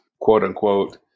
quote-unquote